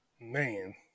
man